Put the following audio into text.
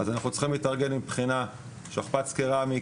אז אנחנו צריכים להתארגן מבחינת שכפ"צ קרמי,